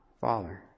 Father